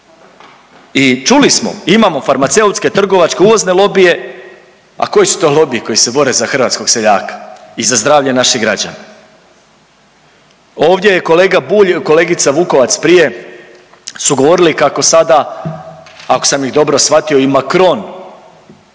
I čuli smo imamo farmaceutske trgovačke uvozne lobije, a koji su to lobiji koji se bore za hrvatskog seljaka i za zdravlje naših građana? Ovdje je kolega Bulj, kolegica Vukovac prije su govorili kako sada ako sam ih dobro shvatio i Macron